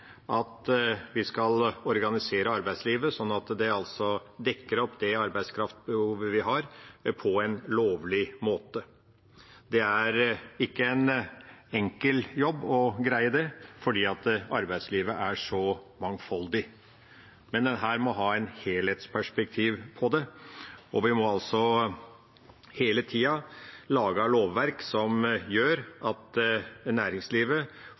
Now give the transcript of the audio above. dekker opp det arbeidskraftbehovet vi har, på en lovlig måte. Det er ikke en enkel jobb å greie det, for arbeidslivet er så mangfoldig. Men en må her ha et helhetsperspektiv på det, og vi må hele tida lage lovverk som gjør at næringslivet